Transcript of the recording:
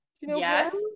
yes